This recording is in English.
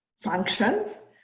functions